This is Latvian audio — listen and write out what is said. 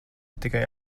tikai